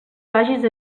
vagis